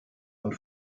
und